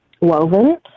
woven